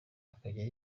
akajya